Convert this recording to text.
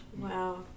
Wow